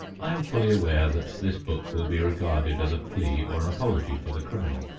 i am fully aware that this book will be regarded as a plea or an apology for the criminal.